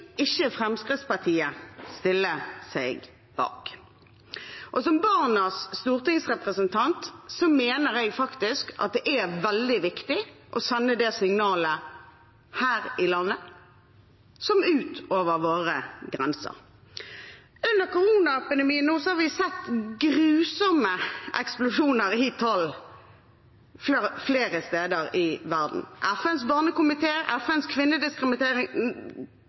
ikke Fremskrittspartiet stille seg bak. Som barnas stortingsrepresentant mener jeg at det er like viktig å sende det signalet her i landet, som utover våre grenser. Under koronapandemien har vi sett grusomme eksplosjoner i tall flere steder i verden. FNs barnekomité og FNs